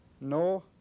no